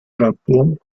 japon